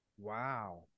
Wow